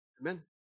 Amen